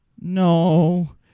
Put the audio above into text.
no